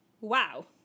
Wow